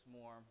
more